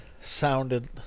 sounded